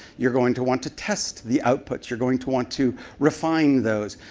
you're going to want to test the output. you're going to want to refine those.